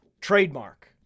trademark